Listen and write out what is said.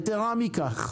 יתרה מכך,